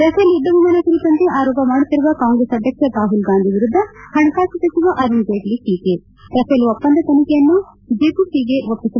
Rafale ಯುದ್ದ ವಿಮಾನ ಕುರಿತಂತೆ ಆರೋಪ ಮಾಡುತ್ತಿರುವ ಕಾಂಗ್ರೆಸ್ ಅಧ್ಯಕ್ಷ ರಾಹುಲ್ಗಾಂಧಿ ವಿರುದ್ದ ಹಣಕಾಸು ಸಚಿವ ಅರುಣ್ ಜೇಟ್ಷ ಟೀಕೆ ರಫೇಲ್ ಒಪ್ಪಂದ ತನಿಖೆಯನ್ನು ಜೆಪಿಸಿಗೆ ಒಪ್ಪಿಸುವಂತೆ ರಾಹುಲ್ ಗಾಂಧಿ ಒತ್ತಾಯ